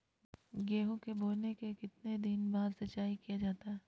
गेंहू के बोने के कितने दिन बाद सिंचाई किया जाता है?